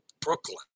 Brooklyn